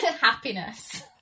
happiness